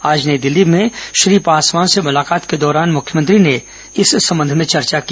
आज नई दिल्ली में श्री पासवान से मुलाकात के दौरान मुख्यमंत्री ने इस संबंध में चर्चा की